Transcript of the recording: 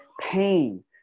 pain